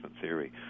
theory